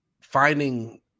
finding